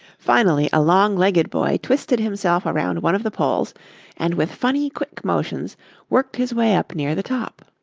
finally a long-legged boy twisted himself around one of the poles and with funny, quick motions worked his way up near the top.